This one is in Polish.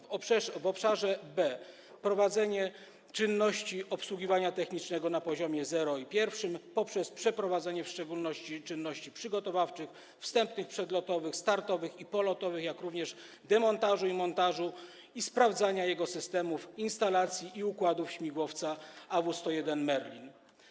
W obszarze B: prowadzenie czynności obsługiwania technicznego na poziomie 0 i I poprzez przeprowadzanie w szczególności czynności przygotowawczych, wstępnych, przedlotowych, startowych i polotowych, jak również demontażu, montażu i sprawdzania systemów, instalacji i układów śmigłowca AW101 Merlin.